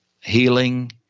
healing